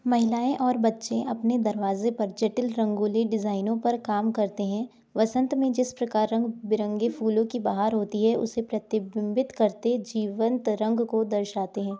महिलाएँ और बच्चे अपने दरवाज़े पर जटिल रंगोली डिज़ाइनों पर काम करते हैं वसंत में जिस प्रकार रंग बिरंगे फूलों की बहार होती है उसे प्रतिबिंबित करते जीवन तरंग को दर्शाते हैं